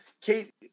Kate